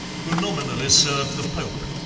who nominally served the pope,